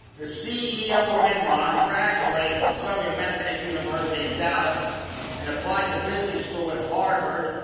the ceo of enron, graduated from southern methodist university in dallas and applied to business school at harvard,